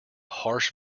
harsh